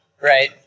right